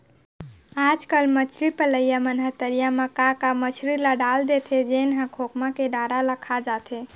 आजकल मछरी पलइया मन ह तरिया म का का मछरी ल डाल देथे जेन ह खोखमा के डारा ल खा जाथे